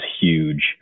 huge